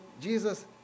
Jesus